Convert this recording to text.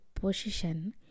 position